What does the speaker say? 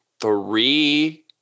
three